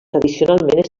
tradicionalment